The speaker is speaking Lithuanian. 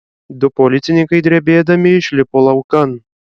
du policininkai drebėdami išlipo laukan